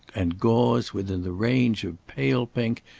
and gauze within the range of pale pink,